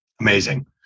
Amazing